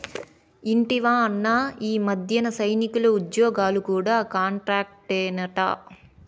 ఇంటివా అన్నా, ఈ మధ్యన సైనికుల ఉజ్జోగాలు కూడా కాంట్రాక్టేనట